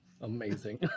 Amazing